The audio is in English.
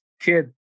kid